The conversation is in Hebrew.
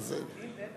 סומכים, בטח.